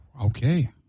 Okay